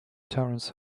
terence